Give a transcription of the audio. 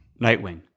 Nightwing